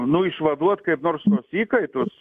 nu išvaduot kaip nors tuos įkaitus